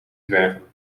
dwergen